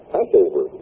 Passover